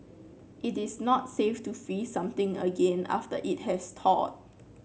it is not safe to freeze something again after it has thawed